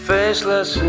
Faceless